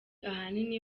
ahanini